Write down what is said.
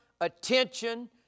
attention